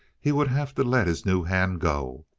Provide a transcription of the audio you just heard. he would have to let his new hand go.